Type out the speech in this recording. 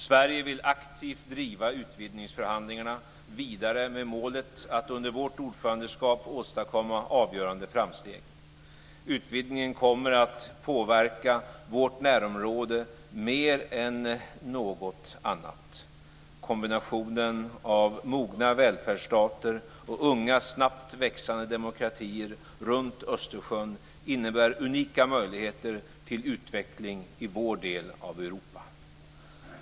Sverige vill aktivt driva utvidgningsförhandlingarna vidare med målet att under vårt ordförandeskap åstadkomma avgörande framsteg. Utvidgningen kommer att påverka vårt närområde mer än något annat. Kombinationen av mogna välfärdsstater och unga, snabbt växande demokratier runt Östersjön innebär unika möjligheter till utveckling i vår del av Europa.